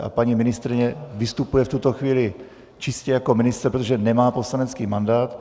A paní ministryně vystupuje v tuto chvíli čistě jako ministr, protože nemá poslanecký mandát.